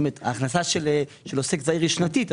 ההכנסה של עוסק זעיר היא שנתית,